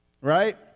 right